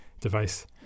device